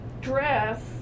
dress